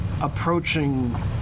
approaching